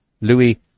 Louis